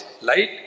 light